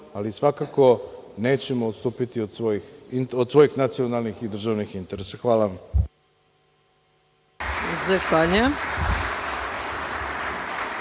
ali svakako nećemo odstupiti od svojih nacionalnih i državnih interesa. Hvala